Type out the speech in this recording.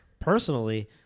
personally